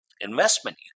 investment